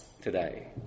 today